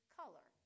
color